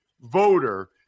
voter